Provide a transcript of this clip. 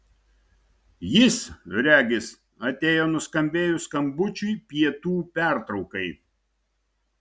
jis regis atėjo nuskambėjus skambučiui pietų pertraukai